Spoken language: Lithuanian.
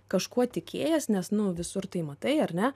kažkuo tikėjęs nes nu visur tai matai ar ne